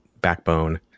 backbone